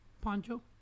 Poncho